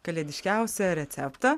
kalėdiškiausią receptą